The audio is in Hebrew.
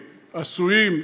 עשויים,